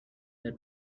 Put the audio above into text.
that